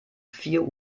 vier